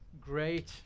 great